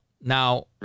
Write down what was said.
Now